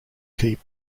keep